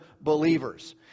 believers